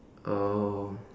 oh